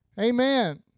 Amen